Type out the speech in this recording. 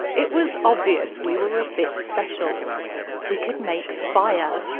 it was obvious we were were a bit special we could make fire.